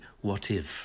what-if